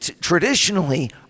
traditionally